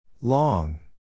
Long